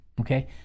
Okay